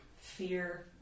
Fear